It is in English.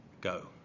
go